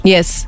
Yes